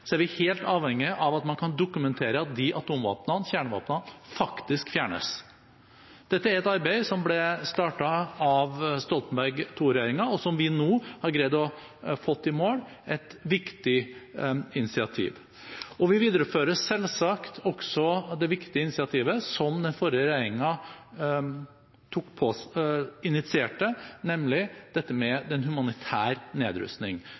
vi helt avhengig av at man kan dokumentere at de atomvåpnene og kjernevåpnene faktisk fjernes. Dette er et arbeid som ble startet av Stoltenberg II-regjeringen, og som vi nå har greid å få i mål – et viktig initiativ. Vi viderefører selvsagt også det viktige initiativet som den forrige regjeringen initierte, nemlig dette med humanitær nedrustning